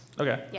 Okay